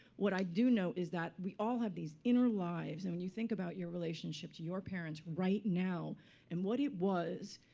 what i do know is that we all have these inner lives, and when you think about your relationship to your parents right now and what it was,